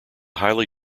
highly